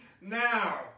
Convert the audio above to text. now